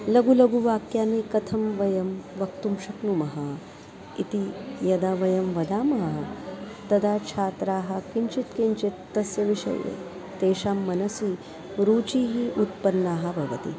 लघुलघुवाक्यानि कथं वयं वक्तुं शक्नुमः इति यदा वयं वदामः तदा छात्राः किञ्चित् किञ्चित् तस्य विषये तेषां मनसि रुचिः उत्पन्ना भवति